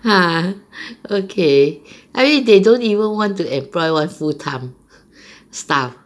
!huh! okay I mean they don't even want to employ one full time staff